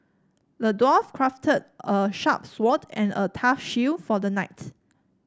the dwarf crafted a sharp sword and a tough shield for the knight